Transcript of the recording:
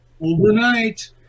overnight